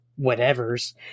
whatevers